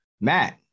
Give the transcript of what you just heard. Matt